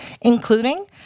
including